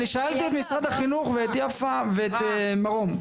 אני שאלתי את משרד החינוך ואת יפה ואת מרום.